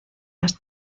las